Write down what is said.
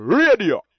radio